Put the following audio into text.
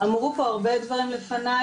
אמרו פה הרבה דברים לפני,